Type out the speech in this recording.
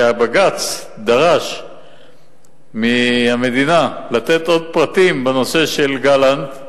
שכשהבג"ץ דרש מהמדינה לתת עוד פרטים בנושא של גלנט,